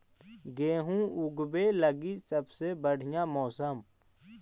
गेहूँ ऊगवे लगी सबसे बढ़िया मौसम?